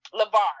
Levar